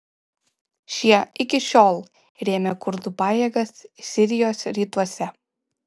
šie iki šiol rėmė kurdų pajėgas sirijos rytuose